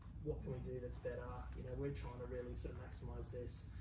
what can we do that's better? ah you know we're trying to really so maximize this.